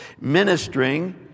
ministering